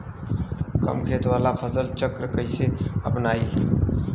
कम खेत वाला फसल चक्र कइसे अपनाइल?